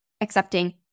accepting